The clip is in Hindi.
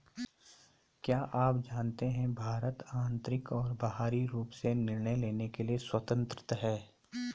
क्या आप जानते है भारत आन्तरिक और बाहरी रूप से निर्णय लेने के लिए स्वतन्त्र है?